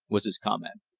was his comment.